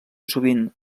sovint